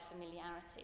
familiarity